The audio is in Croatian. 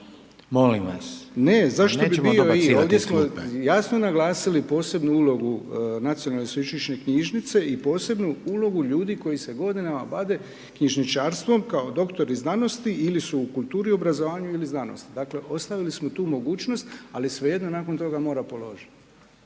Molim vas, nećemo dobacivati iz